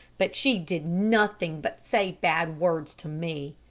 but she did nothing but say bad words to me.